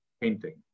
painting